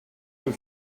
you